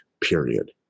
period